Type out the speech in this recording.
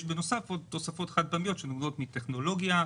יש בנוסף עוד תוספות חד פעמיות שנובעות מטכנולוגיה,